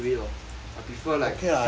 I prefer like flat